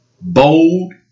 bold